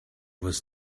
was